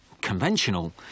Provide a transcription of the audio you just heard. conventional